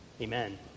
Amen